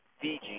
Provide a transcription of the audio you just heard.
Fiji